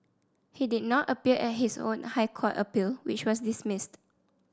he did not appear at his own High Court appeal which was dismissed